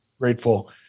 Grateful